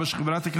2024,